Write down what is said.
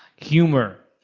humor,